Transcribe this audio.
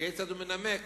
וכיצד הוא מנמק?